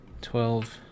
twelve